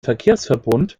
verkehrsverbund